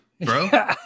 bro